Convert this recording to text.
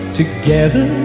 together